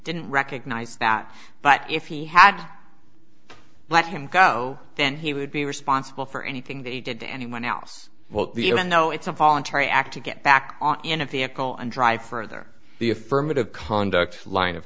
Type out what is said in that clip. didn't recognize that but if he had let him go then he would be responsible for anything they did to anyone else what the even though it's a voluntary act to get back in a vehicle and drive further the affirmative conduct line of